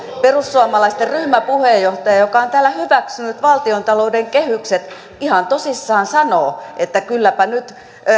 perussuomalaisten ryhmäpuheenjohtaja joka on täällä hyväksynyt valtiontalouden kehykset ihan tosissaan sanoo että kylläpä nyt